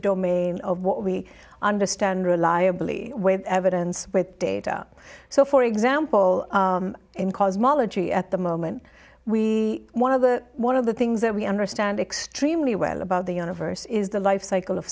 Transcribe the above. domain of what we understand reliably with evidence with data so for example in cosmology at the moment we one of the one of the things that we understand extremely well about the universe is the life cycle of